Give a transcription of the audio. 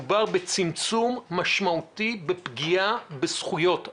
מדובר בצמצום משמעותי בפגיעה בזכויות אדם.